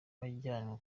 wajyanywe